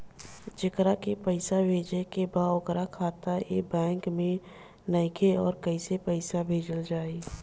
जेकरा के पैसा भेजे के बा ओकर खाता ए बैंक मे नईखे और कैसे पैसा भेजल जायी?